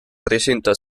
presenta